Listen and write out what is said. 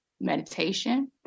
meditation